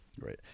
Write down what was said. right